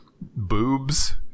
boobs